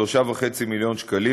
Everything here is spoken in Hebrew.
ב-3.5 מיליון ש"ח,